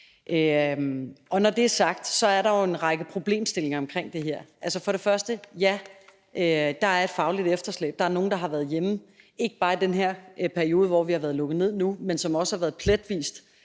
Når det er sagt, er der en række problemstillinger omkring det her. Først vil jeg sige: Ja, der er et fagligt efterslæb. Der er nogle, der har været hjemme, ikke bare i den her periode, hvor vi har været lukket ned nu, men som også har været pletvis